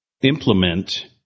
implement